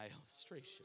illustration